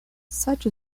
such